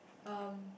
um